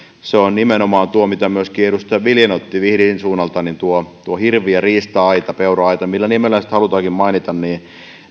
se on nimenomaan tuo minkä myöskin edustaja viljanen otti vihdin suunnalta hirvi ja riista aita peura aita millä nimellä sitten halutaankin mainita